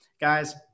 Guys